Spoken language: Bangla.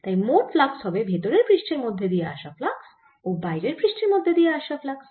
তাই মোট ফ্লাক্স হবে ভেতরের পৃষ্ঠের মধ্যে দিয়ে আসা ফ্লাক্স ও বাইরের পৃষ্ঠের মধ্যে দিয়ে আসা ফ্লাক্স